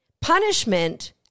punishment